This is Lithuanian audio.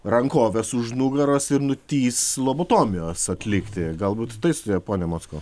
rankoves už nugaros ir nutįs lobotomijos atlikti galbūt tai susiję pone mockau